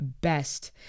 best